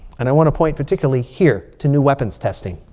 and i want to point particularly here to new weapons testing.